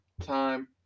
time